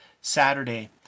saturday